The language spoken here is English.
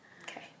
Okay